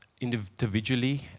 individually